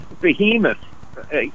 behemoth